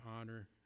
honor